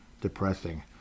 Depressing